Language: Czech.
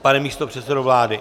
Pane místopředsedo vlády.